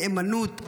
נאמנות,